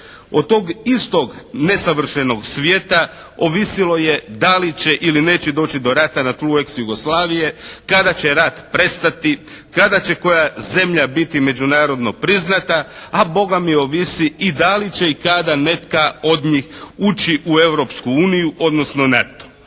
Od tog istog nesavršenog svijeta ovisilo je da li će ili neće doći do rata na tlu ex Jugoslavije? Kada će rat prestati? Kada će koja zemlja biti međunarodno priznata? A Bogami ovisi i da li će i kada neka od njih ući u Europsku uniju, odnosno NATO?